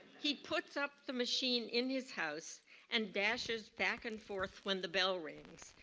he puts up the machine in his house and dashes back and forth when the bell rings.